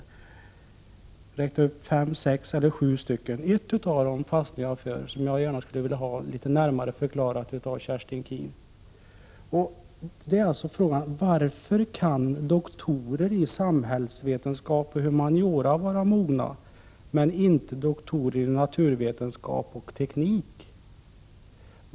Där räknades upp fem, sex eller sju olika problem, men ett av dem fastnade jag för, och jag skulle gärna vilja ha det litet närmare förklarat av Kerstin Keen: Varför kan doktorer i samhällsvetenskap och humaniora vara mogna men inte doktorer i naturvetenskap och teknik?